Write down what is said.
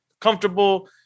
comfortable